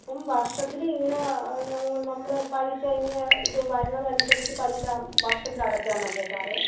അപ്പം വർഷത്തിൽ ഇങ്ങന നമ്മൾ പൈസ ഇങ്ങനെ ഇത് വരണതനുസരിച്ച് പലിശ വർഷത്തിലടച്ചാൽ മതിയോ സാറേ